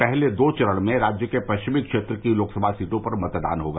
पहले दो चरण में राज्य के पश्चिमी क्षेत्र की लोकसभा सीटों पर मतदान होगा